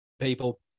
people